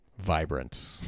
vibrant